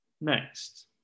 Next